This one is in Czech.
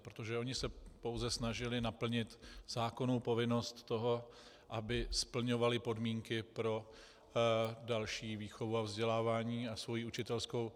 Protože oni se pouze snažili naplnit zákonnou povinnost toho, aby splňovali podmínky pro další výchovu a vzdělávání pro svoji učitelskou práci.